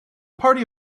party